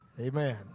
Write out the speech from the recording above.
Amen